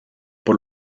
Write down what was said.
por